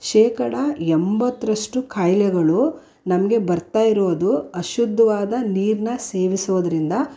ಶೇಕಡಾ ಎಂಬತ್ತರಷ್ಟು ಖಾಯಿಲೆಗಳು ನಮಗೆ ಬರ್ತಾ ಇರೋದು ಅಶುದ್ಧವಾದ ನೀರನ್ನು ಸೇವಿಸೋದರಿಂದ